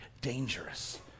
dangerous